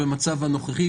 במצב הנוכחי,